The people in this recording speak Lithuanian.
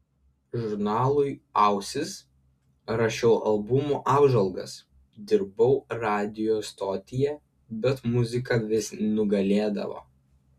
žurnalui ausis rašiau albumų apžvalgas dirbau radijo stotyje bet muzika vis nugalėdavo